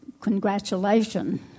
congratulation